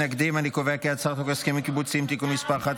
חוק הסכמים קיבוציים (תיקון מס' 11,